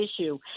issue